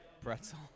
pretzel